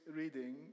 reading